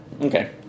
Okay